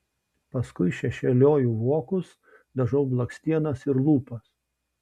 paskui šešėliuoju vokus dažau blakstienas ir lūpas